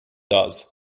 does